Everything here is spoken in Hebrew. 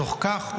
בתוך כך,